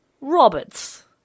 Roberts